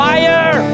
Fire